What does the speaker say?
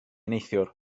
neithiwr